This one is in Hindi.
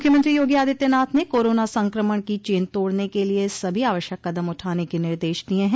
मुख्यमंत्री योगी आदित्यनाथ ने कोरोना संक्रमण की चेन तोड़ने के लिय सभी आवश्यक कदम उठाने के निर्देश दिये हैं